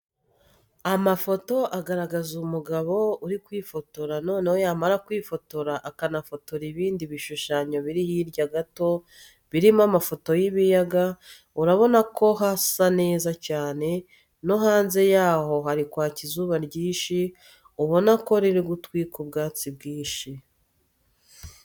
Amafoto ayaragaza umugabo uri kwifotora noneho yamara kwifotora akanafotora ibindi bishushanyo biri hirya gato birimo amafoto y'ibiyaga urabona ko hasa neza cyane, no hanze yaho hari kwaka izuba ryinshi ubona ko riri gutwika ubwatsi bwinshi.